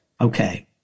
Okay